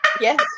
yes